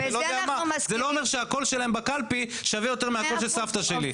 לא אומר שהקול שלהם בקלפי שווה יותר מהקול של סבתא שלי.